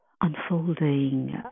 unfolding